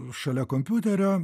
šalia kompiuterio